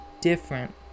different